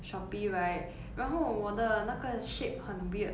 shopee right 然后我的那个 shape 很 weird